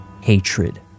hatred